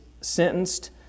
sentenced